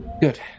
Good